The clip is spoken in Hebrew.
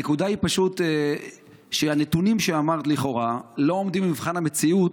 הנקודה היא פשוט שהנתונים שאמרת לכאורה לא עומדים במבחן המציאות.